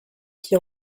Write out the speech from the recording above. qui